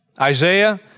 Isaiah